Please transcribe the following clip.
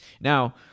Now